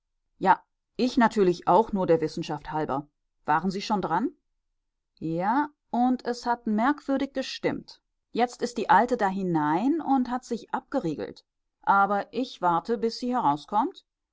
ja ich natürlich auch nur der wissenschaft halber waren sie schon dran ja und es hat merkwürdig gestimmt jetzt ist die alte da hinein und hat sich abgeriegelt aber ich warte bis sie herauskommt